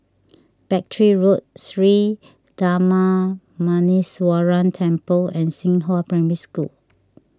Battery Road Sri Darma Muneeswaran Temple and Xinghua Primary School